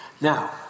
Now